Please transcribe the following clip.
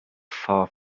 far